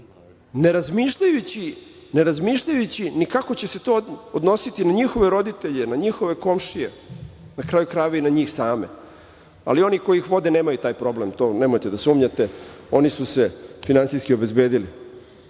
ne razmišljajući ni kako će se to odnositi na njihove roditelje, na njihove komšije. Na kraju krajeva i na njih same, ali oni koji ih vode nemaju taj problem. U to nemojte da sumnjate. Oni su se finansijski obezbedili.